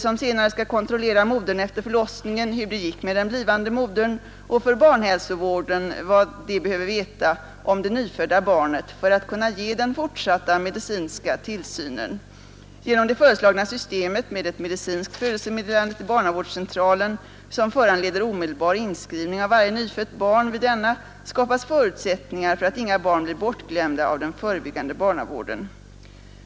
som senare skall kontrollera modern efter förlossningen, hur det gick med den blivande modern och för barnhälsovården vad de behöver veta om det nyfödda barnet för att kunna ge den fortsatta medicinska tillsynen. Genom det föreslagna systemet med ett medicinskt födelsemeddelande till barnavårdscentralen som föranleder omedelbar inskrivning av varje nyfött barn vid denna skapas förutsättningar för att inga barn blir bortglömda av den förebyggande barnavården.